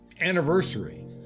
anniversary